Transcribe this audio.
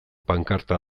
pankarta